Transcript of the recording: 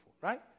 Right